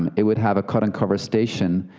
um it would have a cut and cover station,